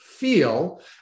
Feel